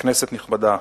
כנסת נכבדה,